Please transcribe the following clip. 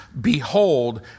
behold